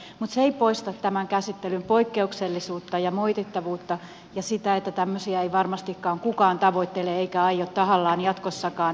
mutta se ei poista tämän käsittelyn poikkeuksellisuutta ja moitittavuutta ja sitä että tämmöisiä ei varmastikaan kukaan tavoittele eikä aio tahallaan jatkossakaan käyttää